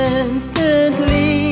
instantly